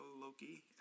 Loki